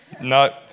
No